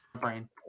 Brain